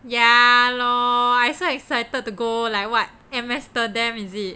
ya lor I so excited to go like what Amsterdam is it